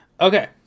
Okay